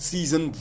Season